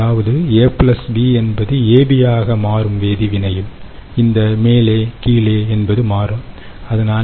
அதாவது A B என்பது AB ஆக மாறும் வேதி வினையில் இந்த மேலே கீழே என்பது மாறும் அதனால்